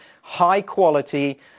high-quality